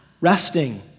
resting